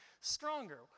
stronger